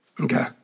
Okay